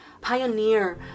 pioneer